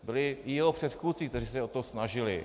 Byli i jeho předchůdci, kteří se o to snažili.